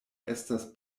estas